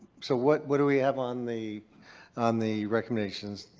so what what do we have on the on the recommendations?